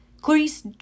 Clarice